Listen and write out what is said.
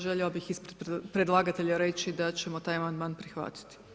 Željela bi ispred predlagatelja reći da ćemo taj amandman prihvatiti.